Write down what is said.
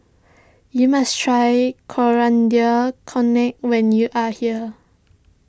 you must try Coriander Chutney when you are here